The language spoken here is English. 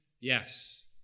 Yes